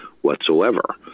whatsoever